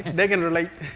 they can relate.